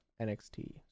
NXT